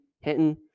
Hinton